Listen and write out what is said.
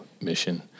mission